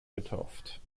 getauft